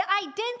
identity